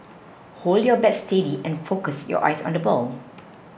hold your bat steady and focus your eyes on the ball